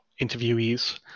interviewees